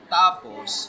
tapos